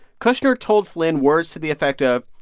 kushner told flynn words to the effect of,